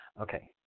okay